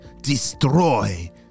destroy